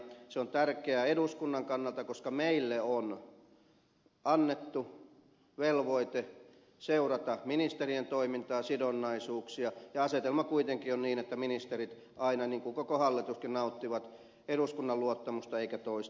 se on tärkeää eduskunnan kannalta koska meille on annettu velvoite seurata ministerien toimintaa sidonnaisuuksia ja asetelma kuitenkin on niin että ministerit aina niin kuin koko hallituskin nauttivat eduskunnan luottamusta eikä toisinpäin